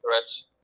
threats